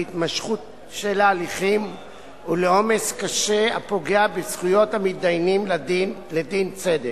להתמשכות של הליכים ולעומס קשה הפוגע בזכויות המתדיינים לדין צדק.